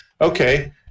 okay